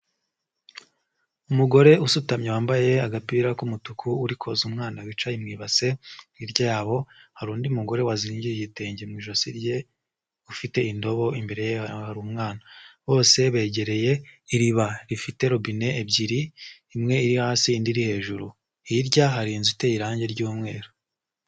Umugore usutamye wambaye agapira k'umutuku, uri koza umwana wicaye mu ibase, hirya yabo hari undi mugore wazingiye igitenge mu ijosi rye, ufite indobo, imbere ye hari umwana. Bose begereye iriba rifite robine ebyiri, imwe iri hasi indi iri hejuru. Hirya hari inzu iteye irangi ry'umweru.